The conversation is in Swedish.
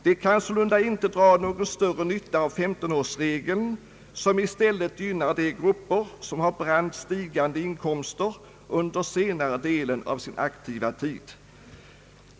De kan sålunda inte dra någon större nytta av 135-årsregeln, som i stället gynnar grupper med brant stigande inkomster under senare delen av sin aktiva tid.